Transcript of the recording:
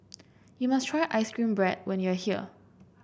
you must try ice cream bread when you are here